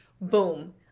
Boom